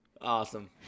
Awesome